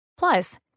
Plus